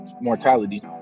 mortality